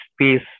peace